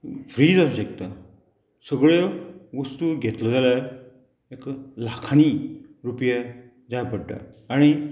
free आवश्यकता सगळ्यो वस्तू घेतल्यो जाल्यार एक लाखांनी रुपया जाय पडटा आनी